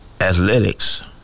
athletics